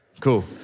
Cool